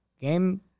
game